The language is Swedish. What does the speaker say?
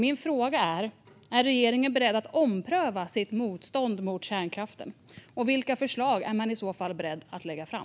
Min fråga är alltså: Är regeringen beredd att ompröva sitt motstånd mot kärnkraften, och vilka förslag är man i så fall beredd att lägga fram?